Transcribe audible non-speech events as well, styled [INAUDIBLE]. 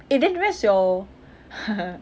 eh then where's your [LAUGHS]